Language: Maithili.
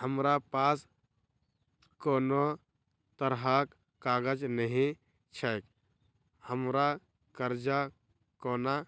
हमरा पास कोनो तरहक कागज नहि छैक हमरा कर्जा कोना